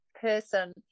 person